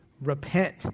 repent